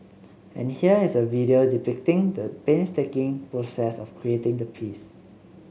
and here is a video depicting the painstaking process of creating the piece